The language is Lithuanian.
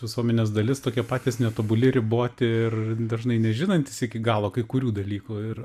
visuomenės dalis tokie patys netobuli riboti ir dažnai nežinantys iki galo kai kurių dalykų ir